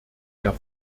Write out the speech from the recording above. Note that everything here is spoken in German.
der